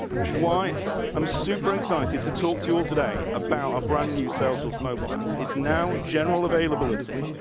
which is why i'm super excited to talk to you all today about a brand new cell source. mobile app. it's now general availability,